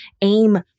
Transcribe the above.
aim